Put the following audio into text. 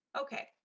Okay